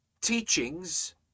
teachings